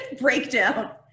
breakdown